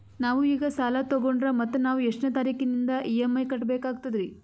ನಾವು ಈಗ ಸಾಲ ತೊಗೊಂಡ್ರ ಮತ್ತ ನಾವು ಎಷ್ಟನೆ ತಾರೀಖಿಲಿಂದ ಇ.ಎಂ.ಐ ಕಟ್ಬಕಾಗ್ತದ್ರೀ?